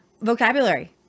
vocabulary